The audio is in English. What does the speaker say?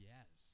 Yes